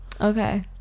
Okay